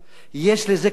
זה עובד כמו תרופת פלא.